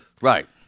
Right